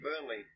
Burnley